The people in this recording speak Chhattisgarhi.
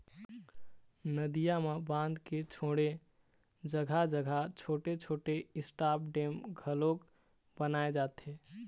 नदियां म बांध के छोड़े जघा जघा छोटे छोटे स्टॉप डेम घलोक बनाए जाथे